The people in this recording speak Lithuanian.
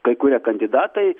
kai kurie kandidatai